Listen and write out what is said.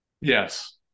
Yes